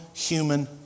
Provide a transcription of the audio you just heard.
human